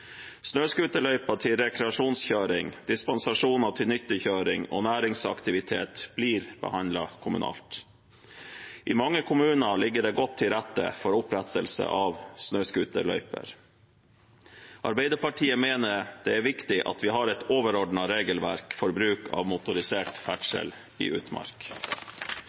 Snøscooterløyper til rekreasjonskjøring, dispensasjoner til nyttekjøring og næringsaktivitet blir behandlet kommunalt. I mange kommuner ligger det godt til rette for opprettelse av snøscooterløyper. Arbeiderpartiet mener det er viktig at vi har et overordnet regelverk for motorisert ferdsel i utmark.